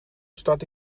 start